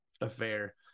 affair